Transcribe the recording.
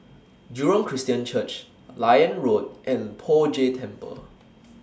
Jurong Christian Church Liane Road and Poh Jay Temple